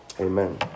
Amen